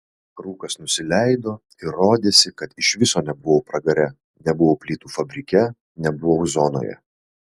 rūkas nusileido ir rodėsi kad iš viso nebuvau pragare nebuvau plytų fabrike nebuvau zonoje